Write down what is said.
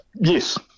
Yes